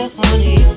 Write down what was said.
honey